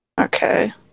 okay